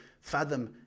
fathom